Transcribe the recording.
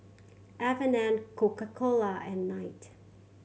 F and N Coca Cola and Knight